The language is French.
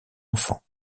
enfants